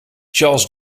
charles